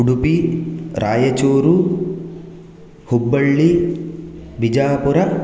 Udupi Raichur Hubballi Bijapur